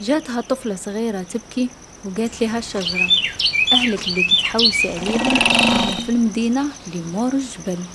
جاتها طفلة صغيرة تبكي و قاتليها الشجرة: "أهلك لي اك تحوسي عليهم راهم في المدينة لي مور الجبل"